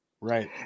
Right